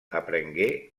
aprengué